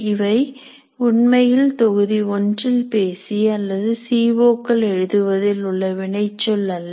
இவை உண்மையில் தொகுதி ஒன்றில் பேசிய அல்லது சி ஓ கள் எழுதுவதில் உள்ள வினைச்சொல் அல்ல